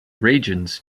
regions